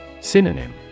Synonym